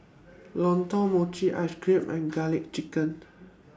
Lontong Mochi Ice Cream and Garlic Chicken